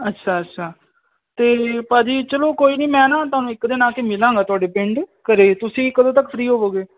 ਅੱਛਾ ਅੱਛਾ ਅਤੇ ਭਾਅ ਜੀ ਚਲੋ ਕੋਈ ਨਹੀਂ ਮੈਂ ਨਾ ਤੁਹਾਨੂੰ ਇੱਕ ਦਿਨ ਆ ਕੇ ਮਿਲਾਂਗਾ ਤੁਹਾਡੇ ਪਿੰਡ ਘਰੇ ਤੁਸੀਂ ਕਦੋਂ ਤੱਕ ਫਰੀ ਹੋਵੋਗੇ